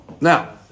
Now